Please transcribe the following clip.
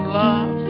love